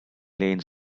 lanes